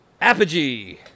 Apogee